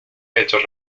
hechos